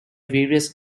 various